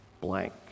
blank